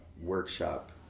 workshop